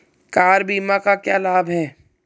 Car बीमा का क्या लाभ है?